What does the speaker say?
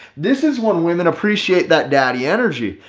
this is when women appreciate that daddy energy.